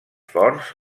forts